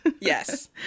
yes